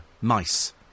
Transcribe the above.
mice